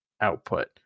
output